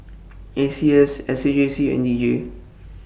A C S S A J C and D J